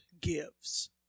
gives